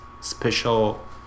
Special